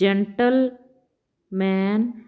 gentleman